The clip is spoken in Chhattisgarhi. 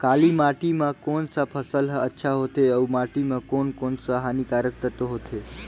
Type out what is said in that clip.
काली माटी मां कोन सा फसल ह अच्छा होथे अउर माटी म कोन कोन स हानिकारक तत्व होथे?